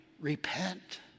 Repent